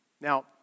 Now